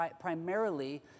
primarily